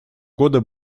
года